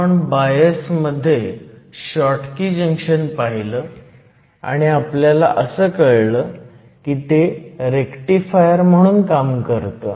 आपण बायस मध्ये Schottky junction पाहिलं आणि आपल्याला असं कळलं की ते रेक्टिफायर म्हणून काम करतं